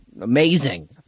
Amazing